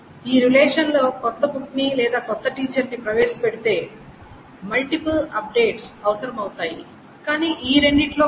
ఈ రిలేషన్ లో క్రొత్త బుక్ ని లేదా క్రొత్త టీచర్ ని ప్రవేశపెడితే మల్టిపుల్ అప్డేట్స్ అవసరమవుతాయి కానీ ఈ రెండింటిలో కాదు